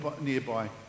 nearby